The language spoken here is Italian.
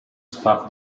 staff